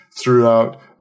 throughout